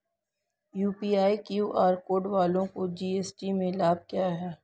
UPI QR code वालों को GST में लाभ क्या है?